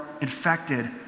infected